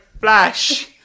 flash